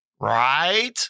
Right